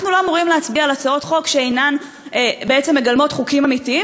אנחנו לא אמורים להצביע על הצעות חוק שאינן מגלמות חוקים אמיתיים,